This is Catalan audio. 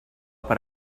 per